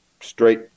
straight